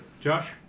Josh